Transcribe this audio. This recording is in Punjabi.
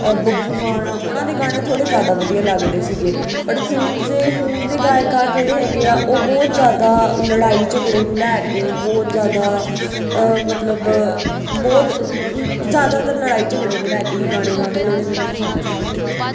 ਬੱਬੂ ਮਾਨ ਉਹਨਾਂ ਦੇ ਗਾਣੇ ਥੋੜ੍ਹੇ ਜ਼ਿਆਦਾ ਵਧੀਆ ਲੱਗਦੇ ਸੀਗੇ ਬਟ ਹੁਣ ਜੇ ਹੁਣ ਦੇ ਗਾਇਕਾਰ ਜਿਹੜੇ ਹੈਗੇ ਆ ਉਹ ਬਹੁਤ ਜ਼ਿਆਦਾ ਲੜਾਈ ਝਗੜੇ ਨੂੰ ਲੈ ਕੇ ਬਹੁਤ ਜ਼ਿਆਦਾ ਮਤਲਬ ਬਹੁਤ ਜ਼ਿਆਦਾਤਰ ਲੜਾਈ ਝਗੜੇ ਨੂੰ ਲੈ ਕੇ ਹੀ ਗਾਣੇ ਗਾਉਂਦੇ ਜਿਹੜੇ ਮੈਨੂੰ ਪਸੰਦ ਨਹੀਂ ਆਉਂਦੇ